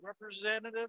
Representative